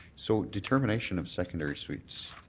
so determination of secondary suites,